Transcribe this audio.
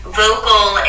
vocal